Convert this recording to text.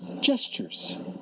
Gestures